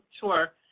Sure